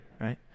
right